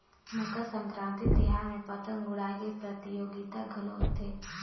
मकर संकरांति तिहार में पतंग उड़ाए के परतियोगिता घलो होथे